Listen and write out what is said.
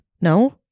No